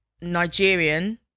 Nigerian